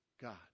God